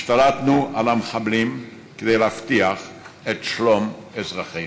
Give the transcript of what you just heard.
השתלטנו על המחבלים כדי להבטיח את שלום אזרחינו.